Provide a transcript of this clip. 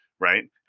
right